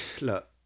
look